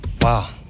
Wow